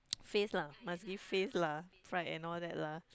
faith lah must give faith lah fight and all that lah